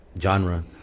genre